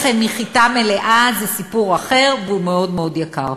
לחם מחיטה מלאה זה סיפור אחר, והוא מאוד מאוד יקר.